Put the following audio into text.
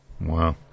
Wow